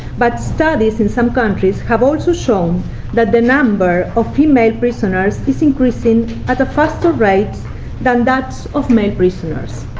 but studies in some countries have also shown that the number of female prisoners is increasing at a faster rate than that of male prisoners.